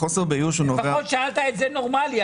שאלת את זה נורמלי.